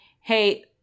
Hey